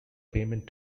payment